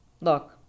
look